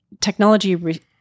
technology